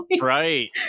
Right